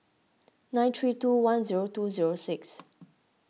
nine three two one zeo two zero six